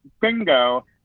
bingo